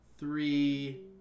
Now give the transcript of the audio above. three